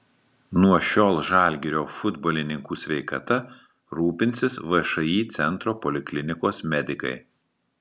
nuo šiol žalgirio futbolininkų sveikata rūpinsis všį centro poliklinikos medikai